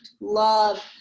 love